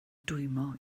dwymo